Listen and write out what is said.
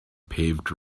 paved